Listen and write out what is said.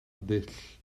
ddull